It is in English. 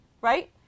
Right